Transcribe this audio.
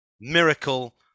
Miracle